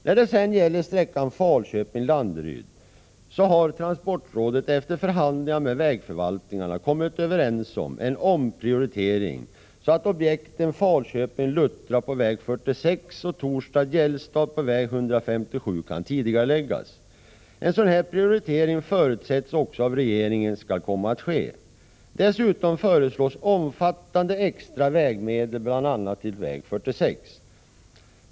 När det gäller sträckan Falköping-Landeryd har transportrådet vid förhandlingar med vägförvaltningarna kommit överens om en omprioritering så att objekten Falköping-Luttra på väg 46 och Torstad-Gällstad på väg 157 kan tidigareläggas. Regeringen förutsätter att en sådan prioritering skall ske.